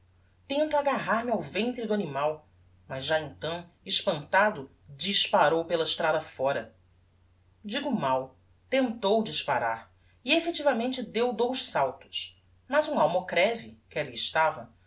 tento agarrar me ao ventre do animal mas já então espantado disparou pela estrada fóra digo mal tentou disparar e effectivamente deu dous saltos mas um almocreve que alli estava